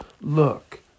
Look